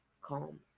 calm